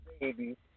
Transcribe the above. Baby